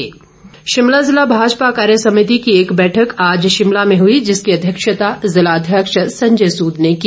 माजपा बैठक शिमला जिला भाजपा कार्यसमिति की एक बैठक आज शिमला में हुई जिसकी अध्यक्षता जिला अध्यक्ष संजय सूद ने की